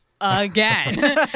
again